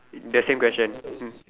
the same question mm